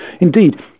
Indeed